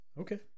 Okay